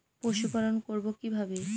পশুপালন করব কিভাবে?